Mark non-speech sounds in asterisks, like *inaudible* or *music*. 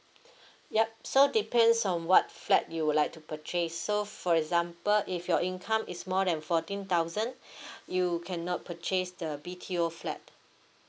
*breath* yup so depends on what flat you would like to purchase so for example if your income is more than fourteen thousand *breath* you cannot purchase the B_T_O flat